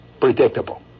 Predictable